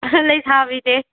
ꯂꯩꯁꯥꯕꯤꯅꯦ